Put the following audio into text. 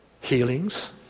healings